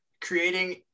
creating